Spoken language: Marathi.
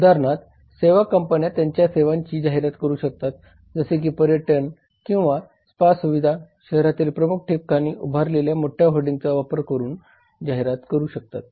उदाहरणार्थ सेवा कंपन्या त्यांच्या सेवांची जाहिरात करू शकतात जसे की पर्यटन किंवा स्पा सुविधा शहरातील प्रमुख ठिकाणी उभारलेल्या मोठ्या होर्डिंगचा वापर करून जाहिरात करू शकतात